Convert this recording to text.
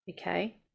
okay